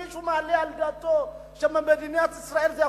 מישהו מעלה על דעתו שזה יכול להיות במדינת ישראל?